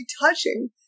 touching